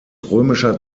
römischer